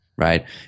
Right